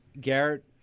Garrett